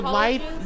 life